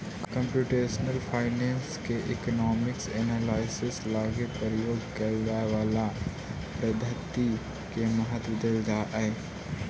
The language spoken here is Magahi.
कंप्यूटेशनल फाइनेंस में इकोनामिक एनालिसिस लगी प्रयोग कैल जाए वाला पद्धति के महत्व देल जा हई